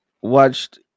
watched